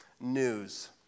news